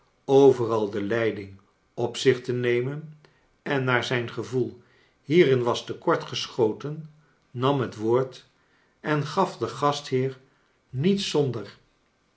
overal de leiding op zich te nemen en naar zijn gevoel hierin was te kort geschoten nam het woord en gaf den gastheer niet zonder